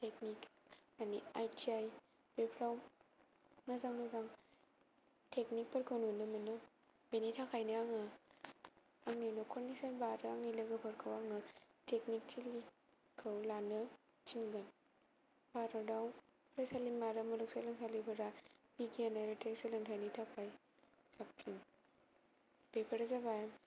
technical माने I T I बेफोराव मोजां मोजां टेकनिकफोरखौ नुनो मोनो बेनि थाखायनो आङो आंनि न'खरनि सोरबा आरो आंनि लोगोफोरखौ आङो टेकनिक थिलिखौ लानो थिनगोन भारताव फरायसालिमा आरो मुलुगसोलोंसालिफोरा बिगियान आरो टेक सोलोंथाइनि थाखाय साबसिन बेफोरो जाबाय